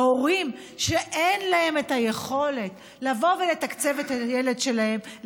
והורים שאין להם את היכולת לבוא ולתקצב את הילד שלהם,